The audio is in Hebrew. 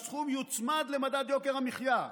הסכום יוצמד למדד יוקר המחיה.